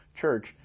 church